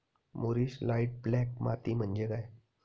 मूरिश light black माती म्हणजे काय?